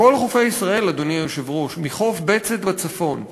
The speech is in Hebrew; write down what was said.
בכל חופי ישראל, אדוני היושב-ראש, מחוף בצת בצפון,